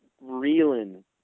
reeling